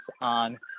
on